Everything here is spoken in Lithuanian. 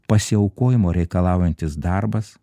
pasiaukojimo reikalaujantis darbas